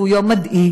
זהו יום מדאיג,